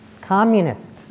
communist